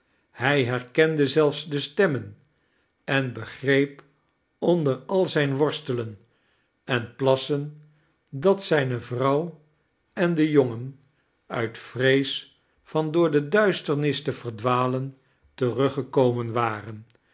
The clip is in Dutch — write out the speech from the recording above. hij herkende zelfs de stemmen en begreep onder al zijn worstelen en plassen dat zijne vrouw en de jongen uit vrees van door de duisternis te verdwalen teruggekomen waren